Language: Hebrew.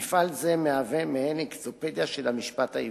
מפעל זה מהווה מעין אנציקלופדיה של המשפט העברי.